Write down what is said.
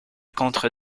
contre